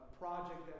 project